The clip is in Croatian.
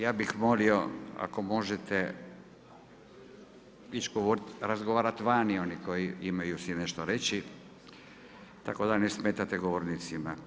Ja bih molio ako možete ići razgovarati vani oni koji imaju si nešto reći, tako da ne smetate govornicima.